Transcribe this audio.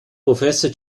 professor